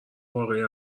واقعی